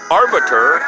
arbiter